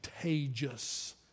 contagious